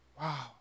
Wow